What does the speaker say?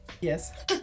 Yes